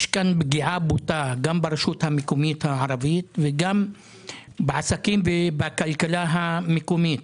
יש כאן פגיעה בוטה גם ברשות המקומית הערבית וגם בעסקים ובכלכלה המקומית.